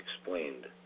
explained